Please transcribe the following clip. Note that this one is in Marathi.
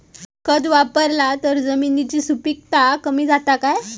खत वापरला तर जमिनीची सुपीकता कमी जाता काय?